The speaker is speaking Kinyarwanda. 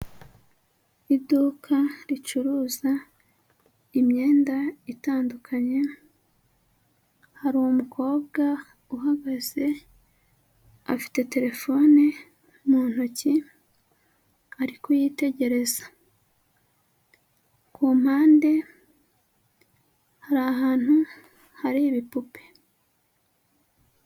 Iduka ricuruza imyenda itandukanye, hari umukobwa uhagaze, afite telefone mu ntoki ari kuyitegereza, ku mpande hari ahantu hari ibipupe.